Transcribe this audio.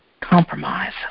compromise